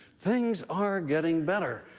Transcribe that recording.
things are getting better.